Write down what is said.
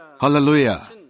Hallelujah